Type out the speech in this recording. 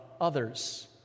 others